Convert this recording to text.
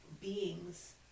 beings